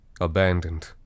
Abandoned